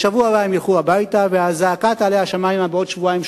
בשבוע הבא הם ילכו הביתה והזעקה תעלה השמימה בעוד שבועיים,